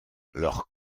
leur